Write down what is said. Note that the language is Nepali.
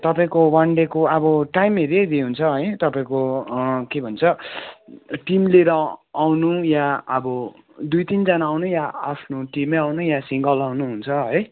तपाईँको वन डेको अब टाइम हेरी हेरी हुन्छ है तपाईँको के भन्छ टिम लिएर आउनु या अब दुई तिनजना आउनु या आफ्नो टिमै आउनु या सिङ्गल आउनु हुन्छ है